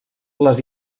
les